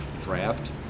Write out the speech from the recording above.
draft